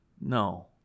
no